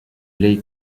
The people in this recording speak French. lake